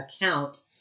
account